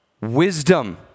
wisdom